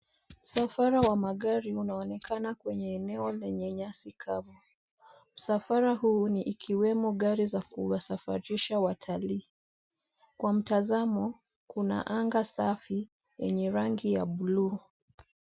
Msafara wa magari unaonekana kwenye eneo lenye nyasi kavu. Msafara huu ni ikiwemo gari za kuyasafirisha watalii. Kwa mtazamo kuna anga safi yenye rangi ya bluu.